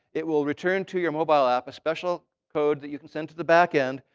it will return to your mobile app a special code that you can send to the back-end.